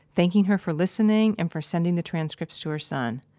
thanking her for listening and for sending the transcripts to her son.